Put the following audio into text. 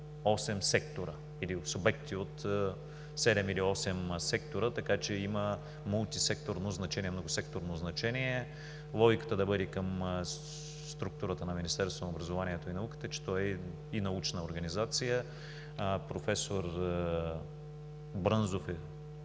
8 сектора или субекти от 7 или 8 сектора, така че има мултисекторно, многосекторно значение. Логиката да бъде към структурата на Министерството на образованието и науката е, че той е и научна организация. Професор Брънзов е